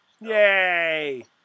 Yay